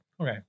Okay